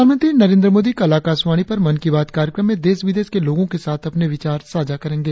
प्रधानमंत्री नरेंद्र मोदी कल आकाशवानी पर मन की बात कार्यक्रम में देश विदेश के लोगों के साथ अपने विचार साझा करेंगे